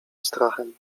strachem